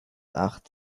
acht